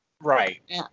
right